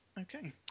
Okay